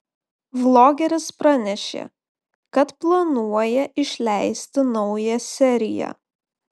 vlogeris pranešė kad planuoja išleisti naują seriją